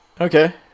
Okay